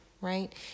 right